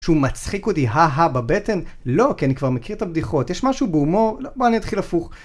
שהוא מצחיק אותי, ההה, בבטן? לא, כי אני כבר מכיר את הבדיחות. יש משהו בהומור, לא, בוא, אני אתחיל הפוך.